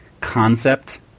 concept